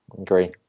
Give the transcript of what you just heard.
agree